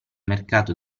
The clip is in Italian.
mercato